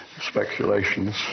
speculations